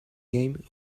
game